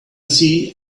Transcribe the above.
see